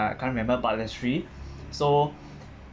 I can't remember about the three so